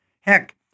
Heck